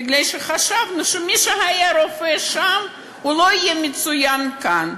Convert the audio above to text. מפני שחשבנו שמי שהיה רופא שם, לא יהיה מצוין כאן.